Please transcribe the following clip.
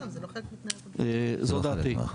זאת דעתי.